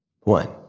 one